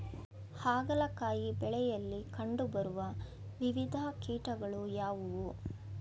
ಹಾಗಲಕಾಯಿ ಬೆಳೆಯಲ್ಲಿ ಕಂಡು ಬರುವ ವಿವಿಧ ಕೀಟಗಳು ಯಾವುವು?